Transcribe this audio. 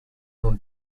nun